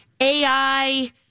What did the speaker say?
AI